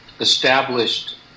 established